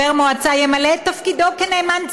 מועצה ימלא את תפקידו בהתאם לנאמנות